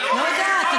לא יודעת.